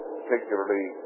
particularly